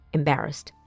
embarrassed